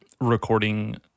recording